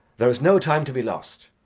there is no time to be lost.